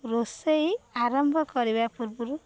ରୋଷେଇ ଆରମ୍ଭ କରିବା ପୂର୍ବରୁ